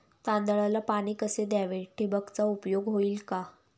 तांदळाला पाणी कसे द्यावे? ठिबकचा उपयोग होईल का?